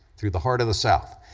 through the heart of the south,